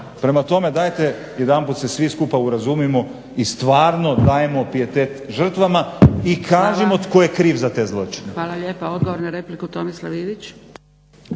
Prema tome, dajte jedanput se svi skupa urazumimo i stvarno dajmo pijetet žrtvama i kažimo tko je kriv za te zločine. **Zgrebec, Dragica (SDP)** Hvala lijepa. Odgovor na repliku Tomislav Ivić.